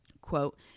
quote